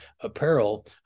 apparel